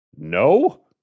no